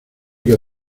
que